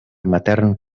matern